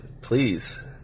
Please